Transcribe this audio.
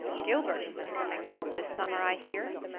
gilbert isn't coming home this summer, i hear,